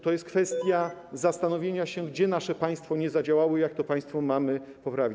To jest kwestia zastanowienia się, gdzie nasze państwo nie zadziałało i jak to państwo mamy poprawić.